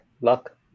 luck